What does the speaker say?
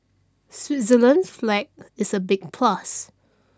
Switzerland's flag is a big plus